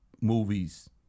movies